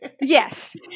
Yes